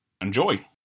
Enjoy